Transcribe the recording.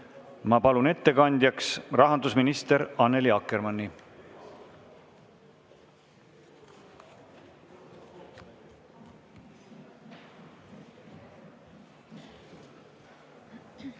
Ma palun ettekandjaks rahandusminister Annely Akkermanni.